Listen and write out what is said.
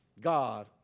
God